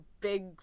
big